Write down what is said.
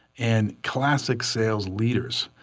and classic sales leaders,